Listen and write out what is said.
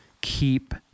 keep